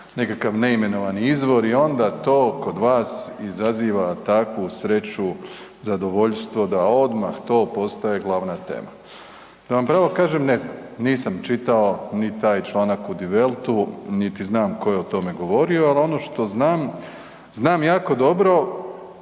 nekakav neimenovani izvor i onda to kod vas izaziva takvu sreću, zadovoljstvo da odmah to postaje glavna tema. Da vam pravo kažem, ne znam, nisam čitao ni taj članak u Die Weltu niti znam tko je o tome govorio, ali ono što znam, znam jako dobro